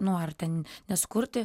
nu ar ten nesukurti